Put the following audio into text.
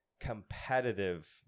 competitive